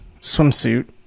swimsuit